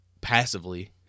passively